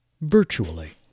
virtually